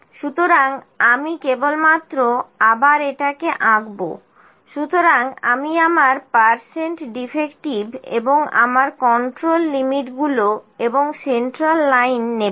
সুতরাং আমি কেবলমাত্র আবার এটাকে আঁকবো সুতরাং আমি আমার পার্সেন্ট ডিফেক্টিভ এবং আমার কন্ট্রোল লিমিটগুলো এবং সেন্ট্রাল লাইন নেবো